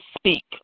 speak